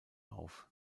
auf